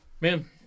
Man